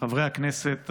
חברי הכנסת,